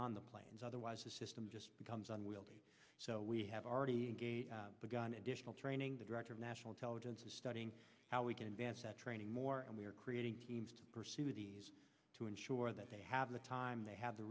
on the planes otherwise the system just becomes on wheels so we have already begun additional training the director of national intelligence is studying how we can advance our training more and we are creating teams to pursue these to ensure that they have the time they have the